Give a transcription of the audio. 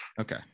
Okay